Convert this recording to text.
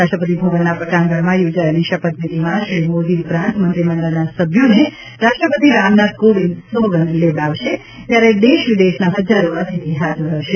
રાષ્ટ્રપતિ ભવનના પટાંગણમાં યોજાયેલી શપથવિધિમાં શ્રી મોદી ઉપરાંત મંત્રીમંડળના સભ્યોને રાષ્ટ્રપતિ રામનાથ કોવિંદ સોગંદ લેવડાવે ત્યારે દેશ વિદેશના હજારો અતિથિ હજાર હશે